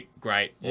great